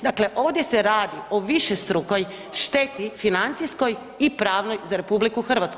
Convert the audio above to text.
Dakle, ovdje se radi o višestrukoj šteti financijskoj i pravnoj za RH.